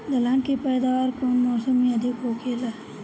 दलहन के पैदावार कउन मौसम में अधिक होखेला?